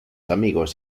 amigos